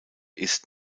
ist